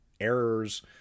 errors